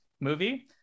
movie